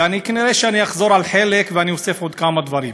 וכנראה אני אחזור על חלק ואני אוסיף עוד כמה דברים.